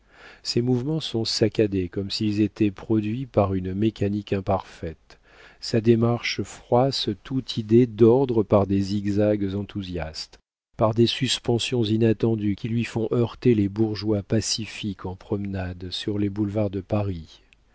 ses mouvements sont saccadés comme s'ils étaient produits par une mécanique imparfaite sa démarche froisse toute idée d'ordre par des zigzags enthousiastes par des suspensions inattendues qui lui font heurter les bourgeois pacifiques en promenade sur les boulevards de paris